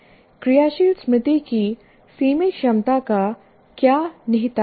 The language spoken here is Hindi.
क्रियाशील स्मृति की सीमित क्षमता का क्या निहितार्थ है